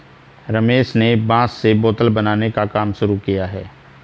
रमेश ने बांस से बोतल बनाने का काम शुरू किया है